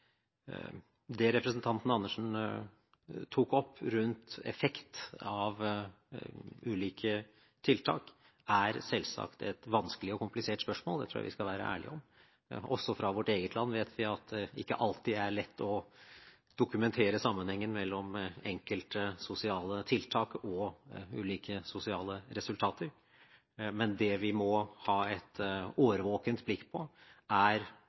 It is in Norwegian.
Det representanten Andersen tok opp rundt effekt av ulike tiltak, er selvsagt et vanskelig og komplisert spørsmål. Det tror jeg vi skal være ærlige om. Også fra vårt eget land vet vi at det ikke alltid er lett å dokumentere sammenhengen mellom enkelte sosiale tiltak og ulike sosiale resultater. Men det vi må ha et årvåkent blikk på, er